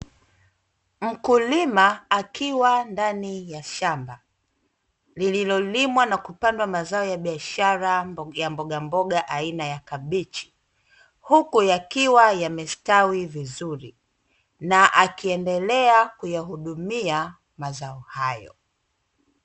Mkulima akiwa ndani ya shamba, lililolimwa na kupandwa mazao ya biashara ya mbogamboga aina ya kabichi, huku yakiwa yamestawi vizuri na akiendelea kuyahudumia mazao hayo.